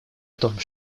том